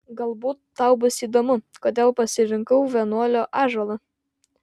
galbūt tau bus įdomu kodėl pasirinkau vienuolio ąžuolą